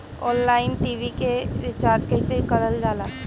Online TV के recharge कईसे करल जाला?